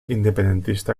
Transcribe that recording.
independentista